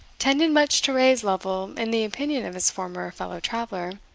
tended much to raise lovel in the opinion of his former fellow-traveller.